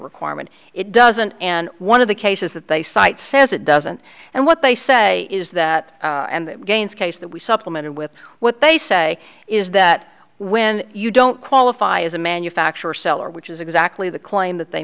requirement it doesn't and one of the cases that they cite says it doesn't and what they say is that gaines case that we supplemented with what they say is that when you don't qualify as a manufacturer seller which is exactly the claim that they